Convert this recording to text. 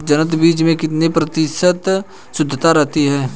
जनक बीज में कितने प्रतिशत शुद्धता रहती है?